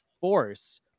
force